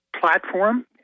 platform